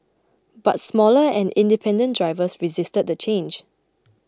but smaller and independent drivers resisted the change